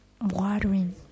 watering